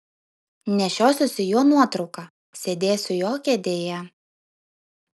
nešiosiuosi jo nuotrauką sėdėsiu jo kėdėje